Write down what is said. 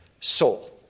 soul